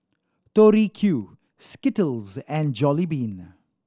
Tori Q Skittles and Jollibean